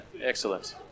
Excellent